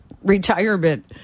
retirement